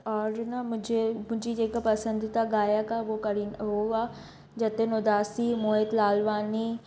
और न मुंहिंजे मुंहिंजी जेका पसंदीदा गायकु आहे उहा करीना हू आहे जतिन उदासी मोहित लालवाणी